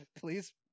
Please